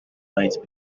might